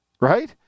right